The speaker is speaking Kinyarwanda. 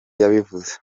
yabivuze